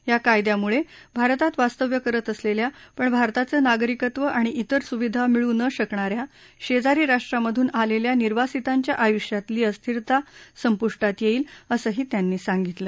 या कायद्यामुळे भारतात वास्तव्य करत असलेल्या पण भारताचं नागरिकत्व आणि तिर सुविधा मिळू न शकणाऱ्या शेजारी राष्ट्रांमधून आलेल्या निर्वासितांच्या आयुष्यातली अस्थिरता संपुष्टात येईल असंही त्यांनी सांगितलं